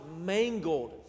mangled